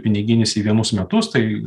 piniginis į vienus metus tai